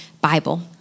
Bible